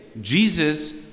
Jesus